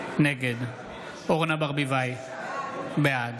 נגד אורנה ברביבאי, בעד